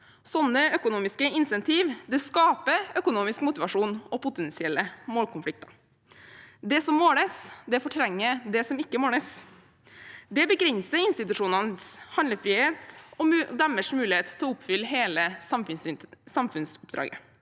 Sånne økonomiske insentiver skaper økonomisk motivasjon og potensielle målkonflikter. Det som måles, fortrenger det som ikke måles. Det begrenser institusjonenes handlefrihet og deres mulighet til å oppfylle hele samfunnsoppdraget.